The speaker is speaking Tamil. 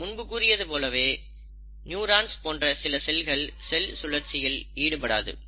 நான் முன்பு கூறியது போலவே நியூரான்ஸ் போன்ற சில செல்கள் செல் சுழற்சியில் ஈடுபடாது